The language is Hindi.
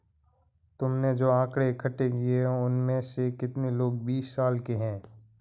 तुमने जो आकड़ें इकट्ठे किए हैं, उनमें से कितने लोग बीस साल के हैं?